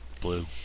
blue